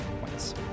points